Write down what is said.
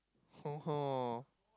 oh oh